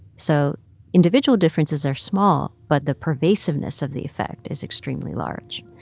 so individual differences are small, but the pervasiveness of the effect is extremely large.